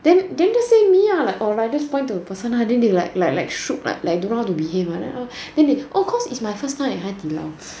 then then just say me ah like or just point to the person nah then they like shook ah like don't know how to behave like that ah oh then they oh cause it's my first time at 海底捞